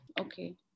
okay